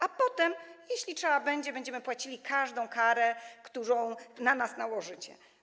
A potem, jeśli trzeba będzie, będziemy płacili każdą karę, którą na nas nałożycie.